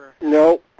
No